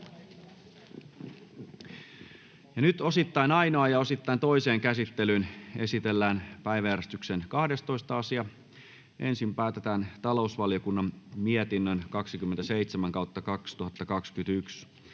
Osittain ainoaan, osittain toiseen käsittelyyn esitellään päiväjärjestyksen 12. asia. Ensin päätetään talousvaliokunnan mietinnön TaVM 27/2021